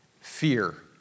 fear